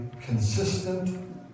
consistent